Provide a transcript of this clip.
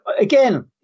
again